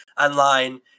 online